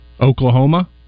Oklahoma